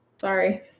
Sorry